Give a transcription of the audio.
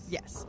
Yes